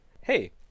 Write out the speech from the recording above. Hey